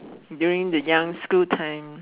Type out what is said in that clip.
during the young school time